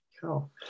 Cool